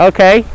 Okay